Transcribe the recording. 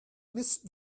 miss